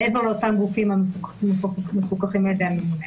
מעבר לאותם גופים המפוקחים על-ידי הממונה.